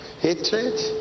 hatred